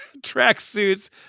tracksuits